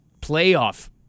playoff